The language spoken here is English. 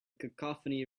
cacophony